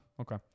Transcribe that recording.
okay